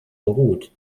beruht